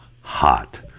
hot